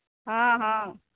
हॅं हॅं